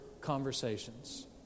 conversations